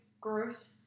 growth